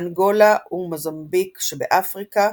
אנגולה ומוזמביק שבאפריקה,